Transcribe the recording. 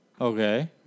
Okay